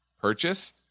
purchase